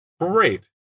great